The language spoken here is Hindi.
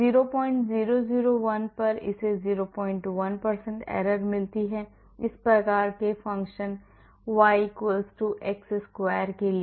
0001 इसे 01 error मिलती है इस प्रकार के फ़ंक्शन y x square के लिए